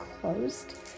closed